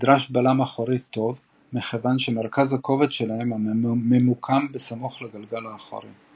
נדרש בלם אחורי טוב מכיוון שמרכז הכובד שלהם ממוקם בסמוך לגלגל האחורי.